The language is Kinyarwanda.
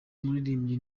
umuririmbyi